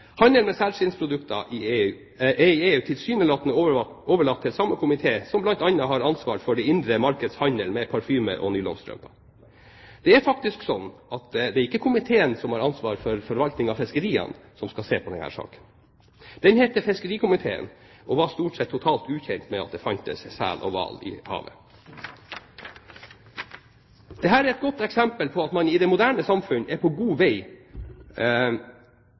Handel med selskinnsprodukter er i EU tilsynelatende overlatt til samme komité som bl.a. har ansvar for det indre markeds handel med parfyme og nylonstrømper. Det er faktisk sånn at det ikke er komiteen som har ansvar for forvaltning av fiskeriene, som skal se på denne saken. Den heter fiskerikomiteen – og var stort sett totalt ukjent med at det fantes sel og hval i havet. Dette er et godt eksempel på at man i det moderne samfunn er på god vei